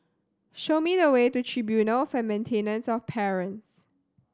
show me the way to Tribunal for Maintenance of Parents